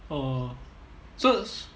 oh so